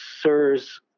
SIRS